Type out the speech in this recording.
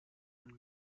and